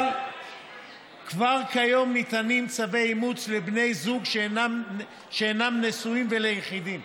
אבל כבר כיום ניתנים צווי אימוץ לבני זוג שאינם נשואים וליחידים,